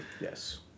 Yes